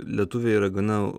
lietuviai yra gana